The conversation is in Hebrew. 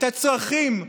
את הצרכים,